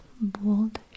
bold